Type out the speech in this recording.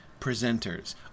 presenters